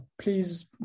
please